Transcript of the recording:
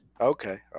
Okay